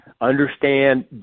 Understand